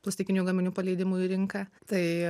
plastikinių gaminių paleidimu į rinką tai